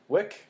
Wick